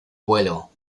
vuelo